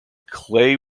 clay